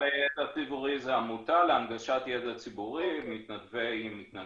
הסדנה לידע ציבורי היא עמותה להנגשת ידע ציבורי עם מתנדבים,